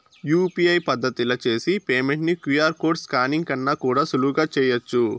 UPI పద్దతిల చేసి payment ని క్యూ.ఆర్ కోడ్ స్కానింగ్ కన్నా కూడా సులువుగా చేయచ్చు